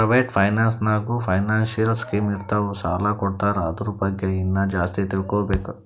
private finance ನಾಗ್ನೂ financial scheme ಇರ್ತಾವ್ ಸಾಲ ಕೊಡ್ತಾರ ಅದುರ್ ಬಗ್ಗೆ ಇನ್ನಾ ಜಾಸ್ತಿ ತಿಳ್ಕೋಬೇಕು